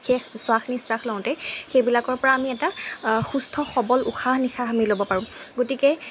সেই শ্বাস নিশ্বাস লওঁতে সেইবিলাকৰ পৰা আমি এটা সুস্থ সবল উশাহ নিশাহ আমি ল'ব পাৰোঁ গতিকে